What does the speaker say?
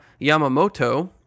Yamamoto